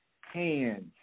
hands